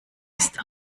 ist